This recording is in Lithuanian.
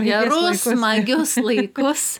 gerus smagius laikus